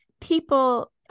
people